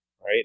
Right